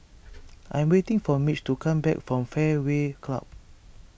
I am waiting for Mitch to come back from Fairway Club